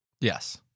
Yes